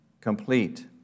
complete